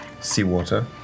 seawater